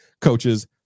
coaches